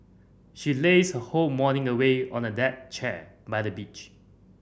she lazed her whole morning away on a deck chair by the beach